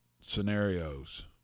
scenarios